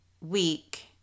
week